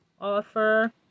offer